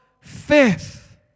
faith